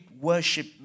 worship